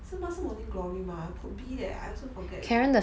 是吗是 morning glory mah could be leh I also forget already